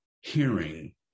hearing